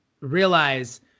realize